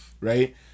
right